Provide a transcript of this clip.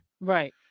right